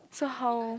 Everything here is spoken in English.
so how